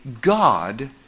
God